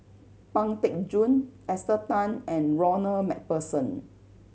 Pang Teck Joon Esther Tan and Ronald Macpherson